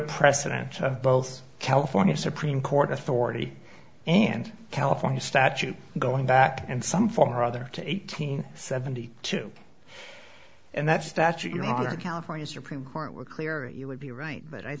precedent of both california supreme court authority and california statute going back and some form or other to eighteen seventy two and that statute your honor california supreme court were clear you would be right but i